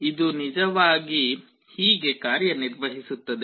ಇದು ನಿಜವಾಗಿ ಹೀಗೆ ಕಾರ್ಯನಿರ್ವಹಿಸುತ್ತದೆ